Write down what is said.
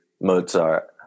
Mozart